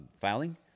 filing